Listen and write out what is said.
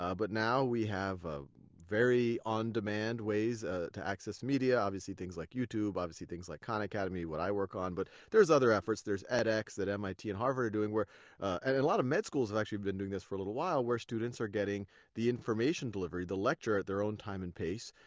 but now we have ah very on-demand ways to access media, obviously things like youtube, obviously things like khan academy what i work on, but there's other efforts. there's edex that mit and harvard are doing. and and a lot of med schools have actually been doing this for a little while, where students are getting the information delivery, the lecture, at their own time and pace.